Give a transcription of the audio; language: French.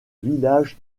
village